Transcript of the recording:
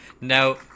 Now